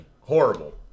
horrible